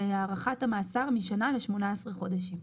והארכת המאסר משנה ל-18 חודשים.